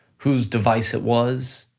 whose device it was,